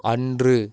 அன்று